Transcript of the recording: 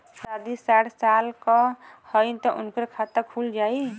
हमरे दादी साढ़ साल क हइ त उनकर खाता खुल जाई?